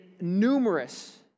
numerous